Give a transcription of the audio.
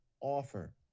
offer